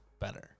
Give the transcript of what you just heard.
better